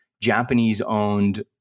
Japanese-owned